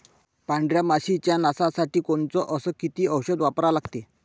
पांढऱ्या माशी च्या नाशा साठी कोनचं अस किती औषध वापरा लागते?